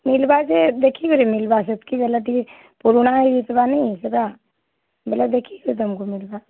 ମିଲ୍ବା ଯେ ଦେଖିକରି ମିଲ୍ବା ସେତ୍କି ବେଲେ ଟିକେ ପୁରୁଣା ହେଇଯାଇଥିବା ନାଇଁ ସେଟା ବେଲେ ଦେଖିକରି ତମ୍କୁ ମିଲ୍ବା